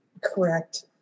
correct